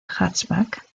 hatchback